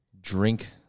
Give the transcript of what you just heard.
drink